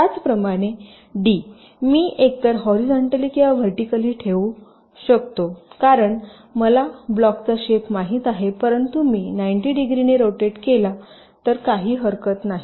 त्याचप्रमाणे डी मी एकतर हॉरीझॉनटली किंवा व्हर्टीकली ठेवू शकतो कारण मला ब्लॉकचा शेप माहित आहेपरंतु मी 90 डिग्रीनी रोटेट केला तर काही हरकत नाही